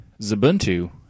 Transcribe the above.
Zubuntu